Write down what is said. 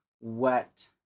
wet